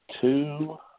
Two